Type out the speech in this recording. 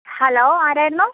hello ആരായിരുന്നു